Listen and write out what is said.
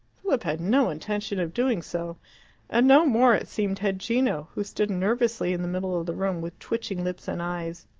philip had no intention of doing so and no more, it seemed, had gino, who stood nervously in the middle of the room with twitching lips and eyes.